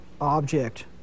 object